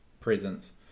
presence